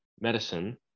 medicine